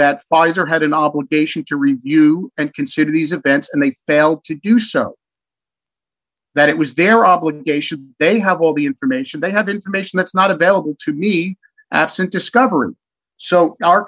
that pfizer had an obligation to review and consider these events and they failed to do so that it was their obligation they have all the information they have information that's not available to me absent discovery so our